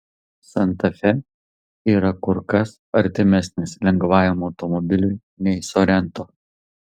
santa fe yra kur kas artimesnis lengvajam automobiliui nei sorento